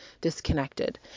disconnected